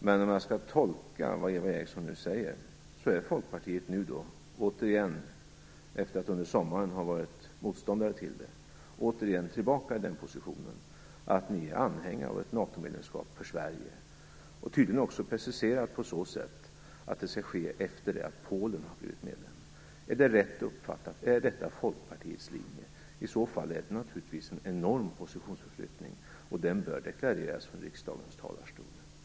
Men om jag skall tolka vad Eva Eriksson nu säger är man i Folkpartiet, efter att under sommaren ha varit motståndare, återigen tillbaka i den positionen att man är anhängare av ett NATO medlemskap för Sverige. Man har tydligen också preciserat sig på så sätt att det skall ske efter det att Polen har blivit medlem. Är det rätt uppfattat? Är detta Folkpartiets linje? I så fall är det naturligtvis en enorm positionsförflyttning. Den bör deklareras från riksdagens talarstol.